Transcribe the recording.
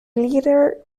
leader